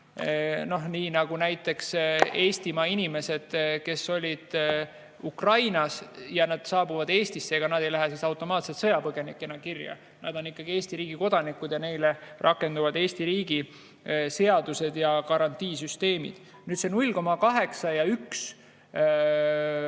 olla. Näiteks Eestimaa inimesed, kes olid Ukrainas ja [nüüd] saabuvad Eestisse, ega nad ei lähe automaatselt sõjapõgenikena kirja. Nad on ikkagi Eesti riigi kodanikud ja neile rakenduvad Eesti riigi seadused ja garantiisüsteemid. Nüüd see 0,8 ja 1 või